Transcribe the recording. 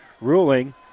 Ruling